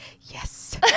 yes